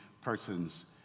persons